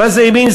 מה זה ימין-שמאל,